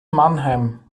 mannheim